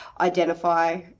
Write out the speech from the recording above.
identify